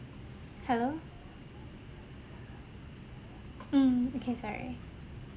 hello mm okay sorry